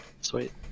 sweet